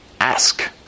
Ask